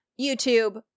YouTube